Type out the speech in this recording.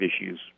issues